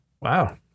Wow